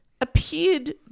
appeared